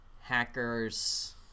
hackers